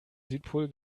südpol